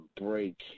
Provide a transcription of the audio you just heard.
break